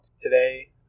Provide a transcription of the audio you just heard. today